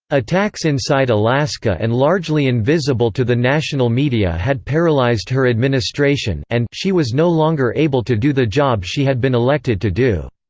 attacks inside alaska and largely invisible to the national media had paralyzed her administration and she was no longer able to do the job she had been elected to do.